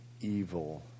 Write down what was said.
evil